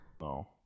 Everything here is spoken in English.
No